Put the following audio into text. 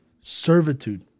Servitude